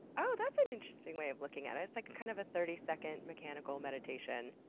oh that's an interesting way of looking at it! it's like and kind of a thirty second mechanical meditation.